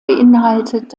beinhaltet